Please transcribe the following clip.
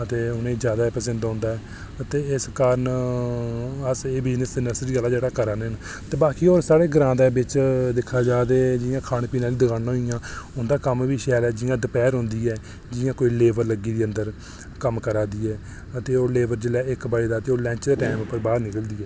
ते उ'नेंगी जैदा पसंद औंदा ऐ ते जेह्दे कारण अस एह् बिज़नेस नर्सरी आह्ला करै ने न ते बाकी होर साढ़े ग्रांऽ दे बिच दिक्खेआ जा ते जि'यां खाने पीने आह्लियां दकानां होई गेइयां ते उं'दा कम्म बी शैल ऐ जि'यां दपैह्र होंदी ऐ जि'यां कोई लेबर लगदी अंदर कम्म करै दी ऐ ते ओह् लेबर जेल्लै इक बजदा ते ओह् लंच दे टैम पर बाहर निकलदी ऐ